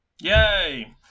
Yay